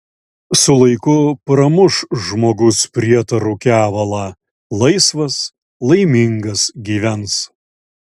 su laiku pramuš žmogus prietarų kevalą laisvas laimingas gyvens